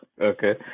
Okay